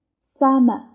summer